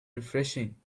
refreshing